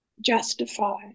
justify